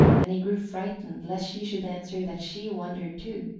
and he grew frightened lest she should answer that she wondered too.